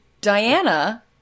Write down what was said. Diana